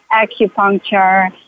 acupuncture